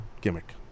gimmick